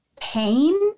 pain